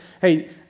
hey